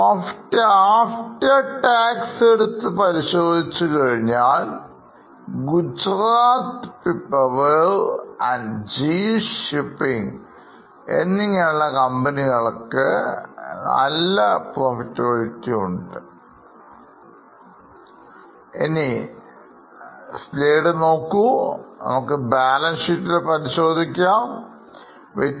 profit after tax എടുത്ത് പരിശോധിച്ചു കഴിഞ്ഞാൽ Gujarat Pipavav and GE shipping എന്നിങ്ങനെയുളളരണ്ടു കമ്പനികൾക്ക് good profitability ഉണ്ട് ഇനി balance ഷീറ്റുകൾ പരിശോധിക്കാവുന്നതാണ്